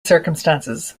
circumstances